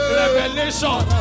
revelation